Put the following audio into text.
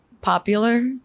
popular